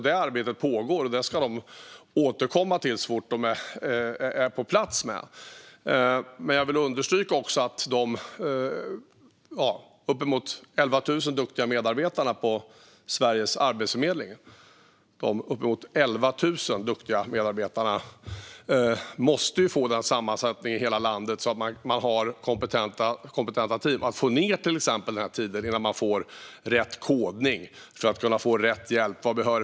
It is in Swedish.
Detta arbete pågår, och de ska återkomma om det så fort det är på plats. Jag vill understryka att de uppemot 11 000 duktiga medarbetarna på Sveriges arbetsförmedling måste få en sammansättning i hela landet som gör att det finns kompetenta team som kan få ned till exempel tiden för att få rätt kodning och rätt hjälp.